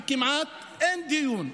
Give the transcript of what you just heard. כמעט אין דיון,